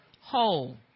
whole